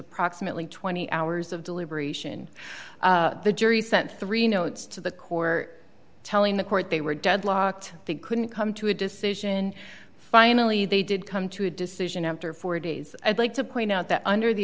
approximately twenty hours of deliberation the jury sent three notes to the court telling the court they were deadlocked they couldn't come to a decision finally they did come to a decision after four days i'd like to point out that under the